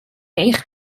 eich